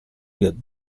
get